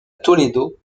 toledo